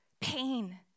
pain